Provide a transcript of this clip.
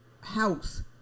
house